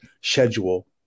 schedule